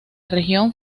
región